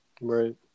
right